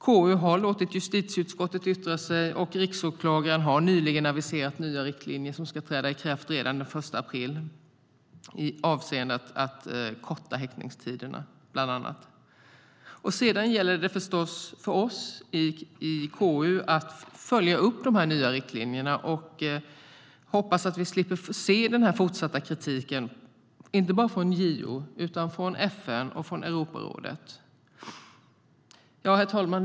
KU har låtit justitieutskottet yttra sig, och Riksåklagaren har nyligen aviserat nya riktlinjer som ska träda i kraft redan den 1 april, bland annat i avseende att korta häktningstiderna. Sedan gäller det förstås för oss i KU att följa upp de nya riktlinjerna, och vi hoppas att vi slipper se fortsatt kritik inte bara från JO utan också från FN och Europarådet. Herr talman!